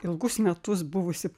ilgus metus buvusi